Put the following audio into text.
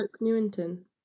Newington